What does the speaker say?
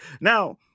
Now